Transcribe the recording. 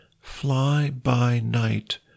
fly-by-night